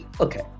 okay